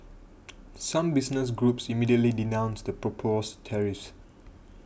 some business groups immediately denounced the proposed tariffs